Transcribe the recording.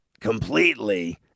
completely